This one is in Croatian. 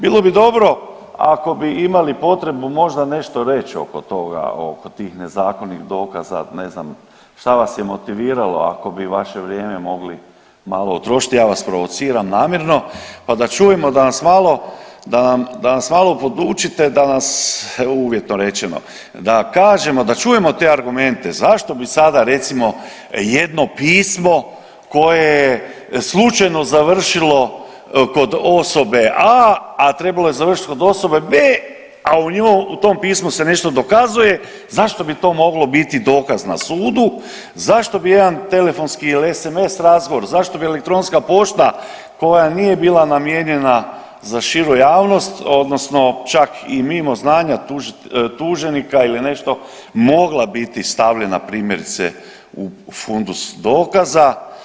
Bilo bi dobro ako bi imali potrebu možda nešto reći oko toga, oko tih nezakonitih dokaza, ne znam, šta vas je motiviralo, ako bi vaše vrijeme mogli malo utrošiti, ja vas provociram namjerno, pa da čujemo, da nas malo podučite, da nas, uvjetno rečeno, da kažemo, da čujemo te argumente zašto bi sada recimo jedno pismo koje slučajno završilo kod osobe A, a trebalo je završiti kod osobe B, a u tom pismu se nešto dokazuje, zašto bi to moglo biti dokaz na sudu, zašto bi jedan telefonski ili SMS razgovor, zašto bi elektronska pošta koja nije bila namijenjena za širu javnost, odnosno čak i mimo znanja tuženika ili nešto, mogla biti stavljena, primjerice u fundus dokaza.